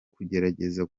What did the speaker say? kugerageza